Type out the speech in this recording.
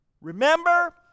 Remember